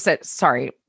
sorry